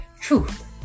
Truth